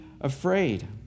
afraid